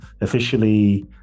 officially